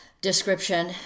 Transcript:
description